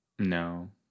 No